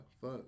fuck